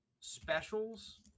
specials